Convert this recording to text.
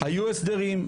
היו הסדרים,